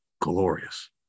glorious